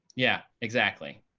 yeah, exactly.